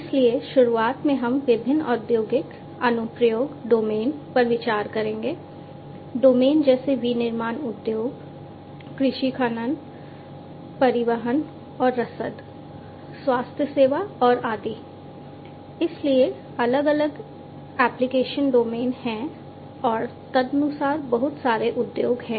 इसलिए शुरुआत में हम विभिन्न औद्योगिक अनुप्रयोग डोमेन को पूरा करते हैं